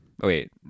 Wait